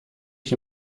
ich